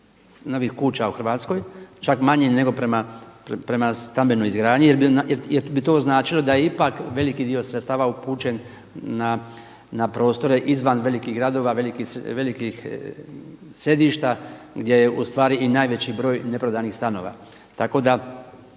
novih kuća u Hrvatskoj, čak manje nego prema stambenoj izgradnji jer bi to značilo da je ipak veliki dio sredstava upućen na prostore izvan velikih gradova, velikih središta gdje je u stvari i najveći broj neprodanih stanova. Tako da